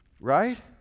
Right